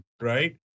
right